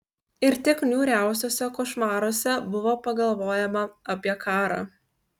ir tik niūriausiuose košmaruose buvo pagalvojama apie karą